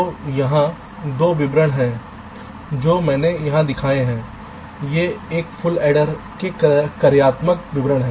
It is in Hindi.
तो यहाँ 2 विवरण जो मैंने यहां दिखाए हैं ये एक फुल एडर के कार्यात्मक विवरण हैं